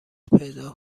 پیدا